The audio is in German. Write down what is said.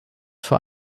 für